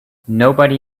nobody